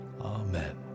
Amen